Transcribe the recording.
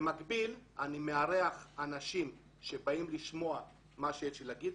במקביל אני מארח אנשים שבאים לשמוע מה שיש לי לומר,